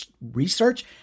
research